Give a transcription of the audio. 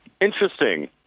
interesting